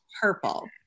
purple